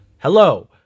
Hello